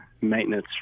maintenance